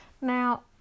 Now